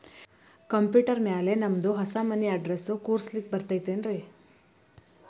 Computer ಮ್ಯಾಲೆ ನಮ್ದು ಹೊಸಾ ಮನಿ ಅಡ್ರೆಸ್ ಕುಡ್ಸ್ಲಿಕ್ಕೆ ಬರತೈತ್ರಿ?